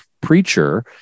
preacher